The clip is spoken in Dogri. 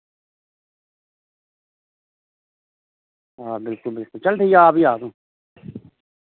चल ठीक ऐ आ भी तू